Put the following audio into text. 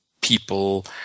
people –